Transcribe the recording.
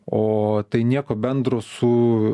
o tai nieko bendro su